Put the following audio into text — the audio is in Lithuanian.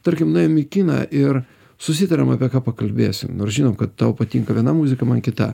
tarkim nuėjom į kiną ir susitariam apie ką pakalbėsim nors žinom kad tau patinka viena muzika man kita